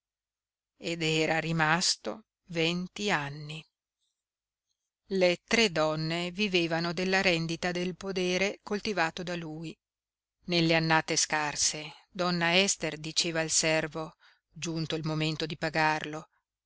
ed era rimasto venti anni le tre donne vivevano della rendita del podere coltivato da lui nelle annate scarse donna ester diceva al servo giunto il momento di pagarlo